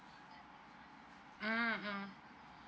mm mm